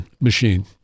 machine